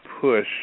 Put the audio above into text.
push